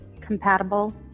compatible